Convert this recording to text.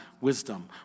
wisdom